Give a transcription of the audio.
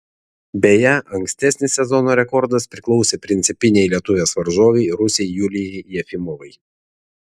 beje ankstesnis sezono rekordas priklausė principinei lietuvės varžovei rusei julijai jefimovai